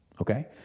Okay